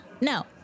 No